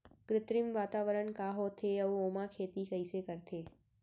कृत्रिम वातावरण का होथे, अऊ ओमा खेती कइसे करथे?